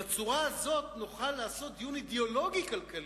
בצורה הזאת נוכל לעשות דיון אידיאולוגי-כלכלי,